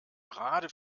gerade